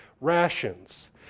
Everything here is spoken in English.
rations